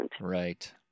Right